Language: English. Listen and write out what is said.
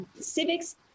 civics